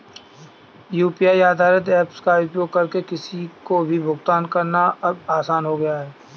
UPI आधारित apps का उपयोग करके किसी को भी भुगतान करना अब आसान हो गया है